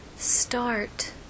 start